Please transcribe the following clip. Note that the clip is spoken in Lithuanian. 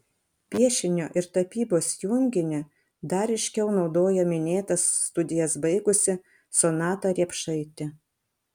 piešinio ir tapybos junginį dar ryškiau naudoja minėtas studijas baigusi sonata riepšaitė